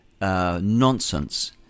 nonsense